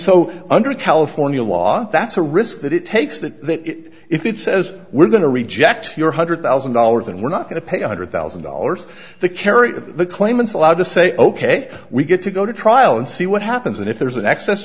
so under california law that's a risk that it takes that if it says we're going to reject your hundred thousand dollars and we're not going to pay one hundred thousand dollars the carrier the claimants allowed to say ok we get to go to trial and see what happens and if there's an excess